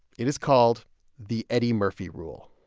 it is called the eddie murphy rule,